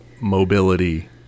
mobility